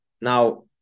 Now